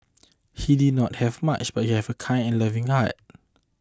he did not have much but he have a kind and loving heart